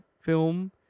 film